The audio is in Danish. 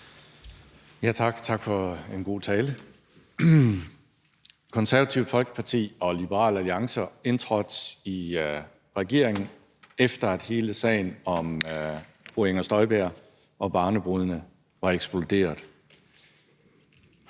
Tak, og tak for en god tale. Konservative Folkeparti og Liberal Alliance indtrådte i regeringen, efter at hele sagen om fru Inger Støjberg og barnebrudene var eksploderet.